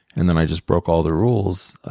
and then i just broke all the rules.